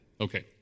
Okay